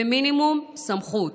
במינימום סמכות.